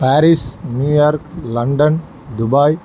Paris New York London Dubai